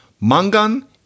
Mangan